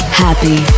happy